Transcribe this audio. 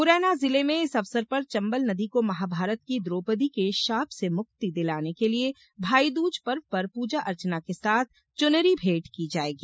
मुरैना जिले में इस अवसर पर चंबल नदी को महाभारत की द्रोपदी के शाप से मुक्ति दिलाने के लिये भाईदूज पर्व पर पूजा अर्चना के साथ चुनरी भेट की जाएगी